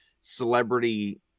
celebrity